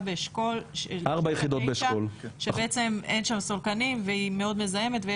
באשכול שאין שם סולקנים והיא מאוד מזהמת?